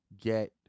get